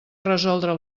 resoldre